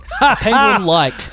Penguin-like